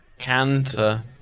Canter